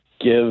give